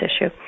issue